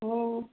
ହଁ